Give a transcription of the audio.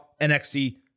NXT